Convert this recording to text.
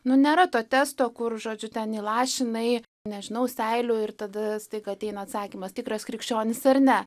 nu nėra to testo kur žodžiu ten įlašinai nežinau seilių ir tada staiga ateina atsakymas tikras krikščionis ar ne